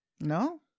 no